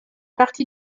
partie